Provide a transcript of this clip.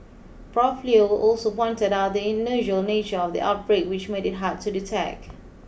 prof Leo also pointed out the unusual nature of the outbreak which made it hard to detect